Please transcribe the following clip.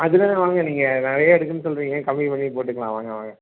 அதெல்லாம் வாங்க நீங்கள் நிறையா இதுக்குனு சொல்லுகிறீங்க கம்மி பண்ணி போட்டுக்கலாம் வாங்க வாங்க